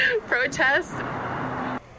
protests